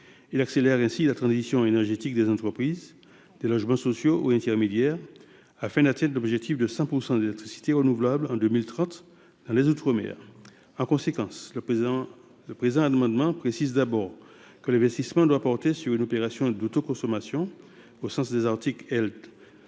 accélérera la transition énergétique des entreprises et des logements sociaux ou intermédiaires, afin d’atteindre l’objectif de 100 % d’électricité renouvelable en 2030 dans les outre mer. Le présent amendement vise à préciser d’abord que l’investissement doit porter sur une opération d’autoconsommation au sens des articles L.